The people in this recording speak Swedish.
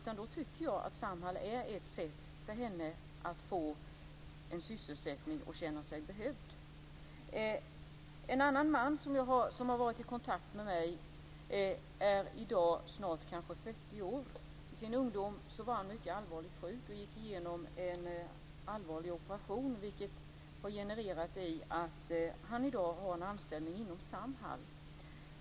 Jag tycker att Samhall ska vara ett sätt för henne att få en sysselsättning och känna sig behövd. En annan man som varit i kontakt med mig är i dag snart 40 år. I sin ungdom var han mycket allvarligt sjuk och genomgick en allvarlig operation, vilket har lett till att han i dag har en anställning inom Samhall.